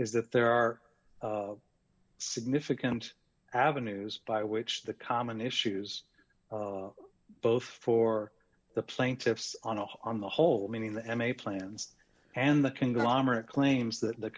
is that there are significant avenues by which the common issues both for the plaintiffs on a on the whole meaning the m a plans and the conglomerate claims that the